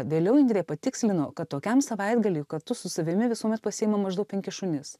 vėliau indrė patikslino kad tokiam savaitgaliui kartu su savimi visuomet pasiima maždaug penkis šunis